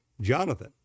Jonathan